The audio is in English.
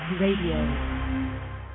radio